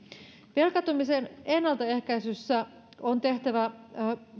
velkaantumisen ennaltaehkäisyssä on tehtävä